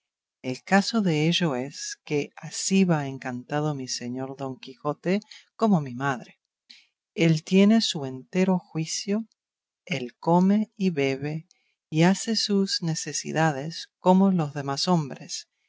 el caso de ello es que así va encantado mi señor don quijote como mi madre él tiene su entero juicio él come y bebe y hace sus necesidades como los demás hombres